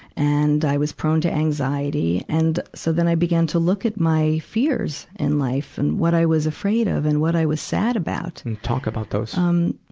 and i was prone to anxiety. and, so then i began to look at my fears in life and what i was afraid of and what i was sad about. talk about those. um